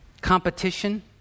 competition